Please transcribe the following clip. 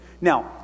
Now